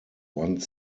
one